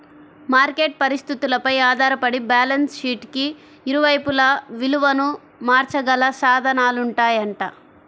market పరిస్థితులపై ఆధారపడి balance షీట్కి ఇరువైపులా విలువను మార్చగల సాధనాలుంటాయంట